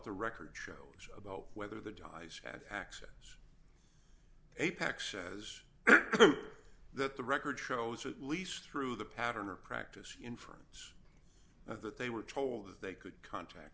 the record shows about whether the dice had access apex shows that the record shows at least through the pattern or practice inference that they were told that they could contact